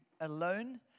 alone